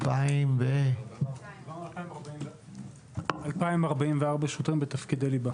2,044 שוטרים בתפקידי ליבה.